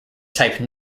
type